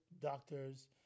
doctors